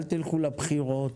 אל תלכו לבחירות,